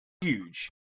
huge